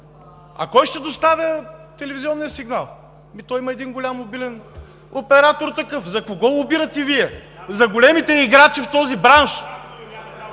А кой ще доставя телевизионния сигнал? Има един голям такъв мобилен оператор. За кого лобирате Вие? За големите играчи в този бранш!